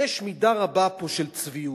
מידה רבה של צביעות: